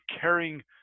caring